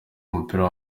w’umupira